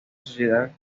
sociedad